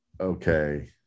okay